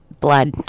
blood